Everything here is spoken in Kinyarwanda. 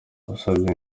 basabye